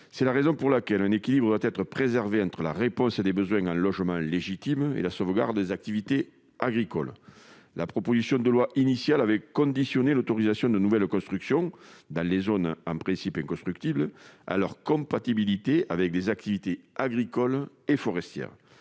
C'est la raison pour laquelle un équilibre doit être préservé entre la réponse à des besoins légitimes en logement et la sauvegarde des activités agricoles. La présente proposition de loi conditionnait initialement l'autorisation de nouvelles constructions dans les zones en principe inconstructibles à leur compatibilité avec des activités agricoles et forestières.